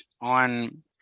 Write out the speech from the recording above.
on